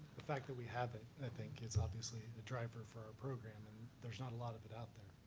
the fact that we have it, i think, is obviously a driver for our program. and there's not a lot of it out there.